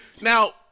Now